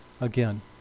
again